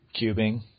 cubing